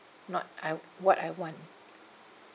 not I what I want